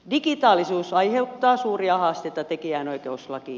digitaalisuus aiheuttaa suuria haasteita tekijänoikeuslakiin